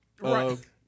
Right